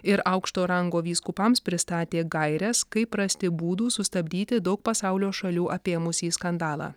ir aukšto rango vyskupams pristatė gaires kaip rasti būdų sustabdyti daug pasaulio šalių apėmusį skandalą